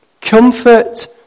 Comfort